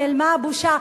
נעלמה הבושה.